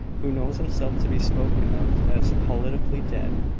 who knows himself to be spoken of as politically dead,